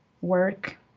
work